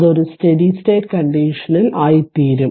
അത് ഒരു steady state കണ്ടീഷനിൽ ആയി തീരും